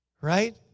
Right